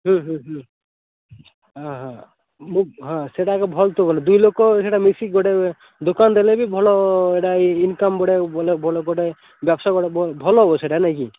ହଁ ହଁ ମୁଁ ହଁ ସେଇଟା ଭଲ ତ ଦୁଇଲୋକ ମିଶିକି ଗୋଟେ ଦୁକାନ୍ ଦେଲେବି ଭଲ ଏଇଟା ଦୁକାନ୍ ଇନକମ୍ ବଢିଆ ଭଲ ଭଲ ଭଲ ବାକ୍ସ ଭଳିଆ ଭଲ୍ ହବ ସେଇଟା ନାଇଁ କି